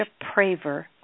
Praver